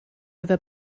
efo